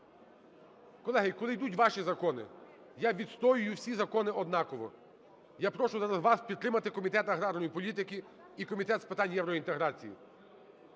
Колеги, коли йдуть ваші закони, я відстоюю всі закони однаково. Я прошу зараз вас підтримати Комітет аграрної політики і Комітет з питань євроінтеграції.